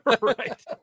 right